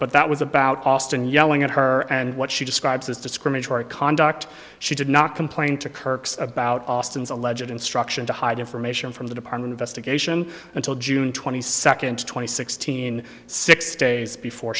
but that was about austin yelling at her and what she describes as discriminatory conduct she did not complain to kirks about austin's a legit instruction to hide information from the department investigation until june twenty second twenty sixteen six days before